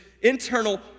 internal